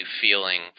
feeling